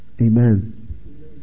Amen